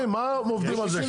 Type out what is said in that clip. שנים.